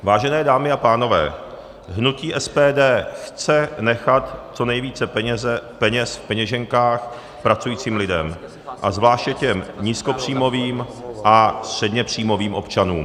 Vážené dámy a pánové, hnutí SPD chce nechat co nejvíce peněz v peněženkách pracujícím lidem, a zvláště těm nízkopříjmovým a středněpříjmovým občanům.